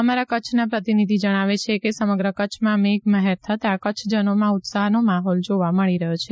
અમારા કચ્છના પ્રતિનિધિ જણાવે છે કે સમગ્ર કચ્છમાં મેઘ મહેર થતા કચ્છીજનોમાં ઉત્સાહનો માહોલ જોવા મળી રહ્યો છે